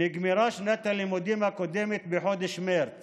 נגמרה שנת הלימודים הקודמת בחודש מרץ